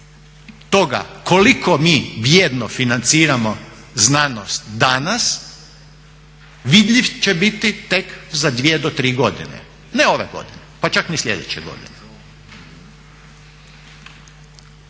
toga koliko mi bijedno financiramo znanost danas vidljiv će biti tek za dvije do tri godine. Ne ove godine, pa čak ni sljedeće godine.